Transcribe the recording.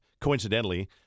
Coincidentally